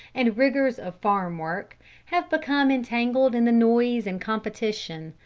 and rigours of farm-work have become entangled in the noise and competition,